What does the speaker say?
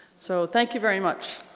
so thank you very much.